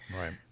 Right